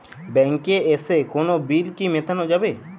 ব্যাংকে এসে কোনো বিল কি মেটানো যাবে?